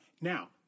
Now